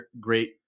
great